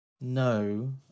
no